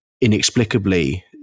inexplicably